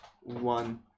one